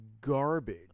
garbage